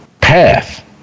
path